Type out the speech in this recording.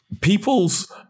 People's